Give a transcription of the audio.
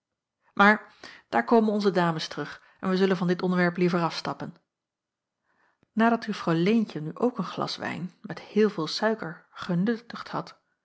maar daar komen onze dames terug en wij zullen van dit onderwerp liever afstappen nadat juffrouw leentje nu ook een glas wijn met heel veel suiker genuttigd had